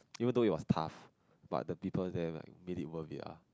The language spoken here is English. even though it was tough but the people there like mean it worth it ah